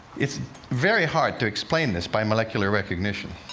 it's very hard to explain this by molecular recognition.